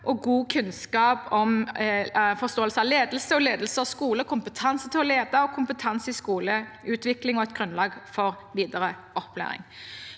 og god kunnskap om og forståelse av ledelse, ledelse av sko le, kompetanse til å lede og kompetanse i skoleutvikling og et grunnlag for videre opplæring.